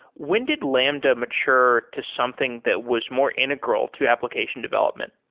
when did lambda mature to something that was more integral to application development?